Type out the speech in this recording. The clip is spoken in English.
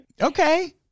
Okay